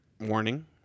warning